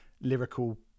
lyrical